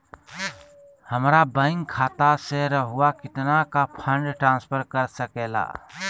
हमरा बैंक खाता से रहुआ कितना का फंड ट्रांसफर कर सके ला?